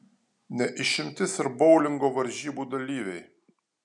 ne išimtis ir boulingo varžybų dalyviai